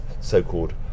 so-called